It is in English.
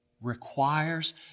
requires